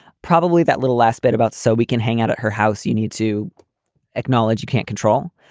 probably that little last bit about so we can hang out at her house. you need to acknowledge you can't control.